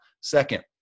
Second